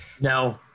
No